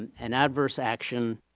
and an adverse action,